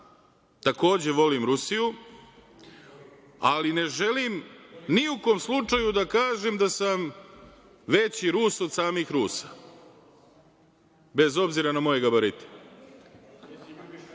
takođe volim Rusiju, ali ne želim ni u kom slučaju da kažem da sam veći Rus od samih Rusa, bez obzira na moje gabarite. Ako